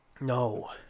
no